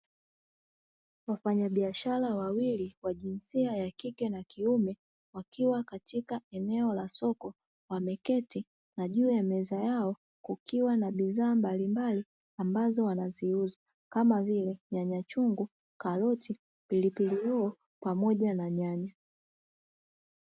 Wafanyabiashara wawili wa jinsia ya kike na kiume wakiwa katika eneo la soko wameketi na juu ya meza yao kukiwa na bidhaa mbalimbali ambazo wanaziuza kama vile; nyanyachungu karoti, pilipilihoho pamoja na nyanya.